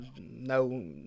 no